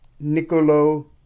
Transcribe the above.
Niccolo